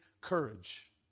courage